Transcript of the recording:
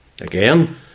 Again